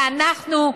ואנחנו,